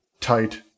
tight